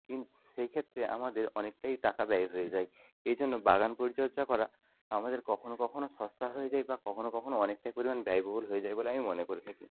কিন্তু সেই ক্ষেত্রে আমাদের অনেকটাই টাকা ব্যয় হয়ে যায় এই জন্য বাগান পরিচর্যা করা আমাদের কখনো কখনো সস্তায় হয়ে যায় বা কখনো কখনো অনেকটাই পরিমাণ ব্যয়বহুল হয়ে যায় বলে আমি মনে করে থাকি